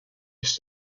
used